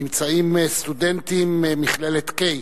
ביציע האורחים נמצאים סטודנטים ממכללת "קיי"